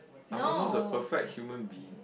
I'm almost a perfect human being